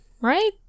right